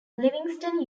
livingston